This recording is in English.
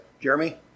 Jeremy